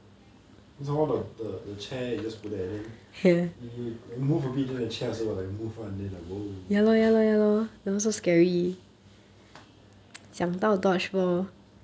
then some more the the chair you just put there then if you move a bit then the chair also will like move [one] then like !whoa!